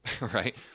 right